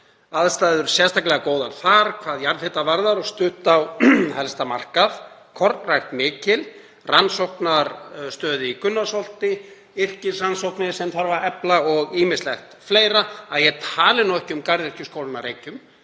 aðstæður eru sérstaklega góðar þar hvað jarðhitann varðar og stutt á helsta markað, kornrækt mikil, rannsóknarstöð í Gunnarsholti, yrkisrannsóknir sem þarf að efla og ýmislegt fleira, að ég tali nú ekki um Garðyrkjuskólann að Reykjum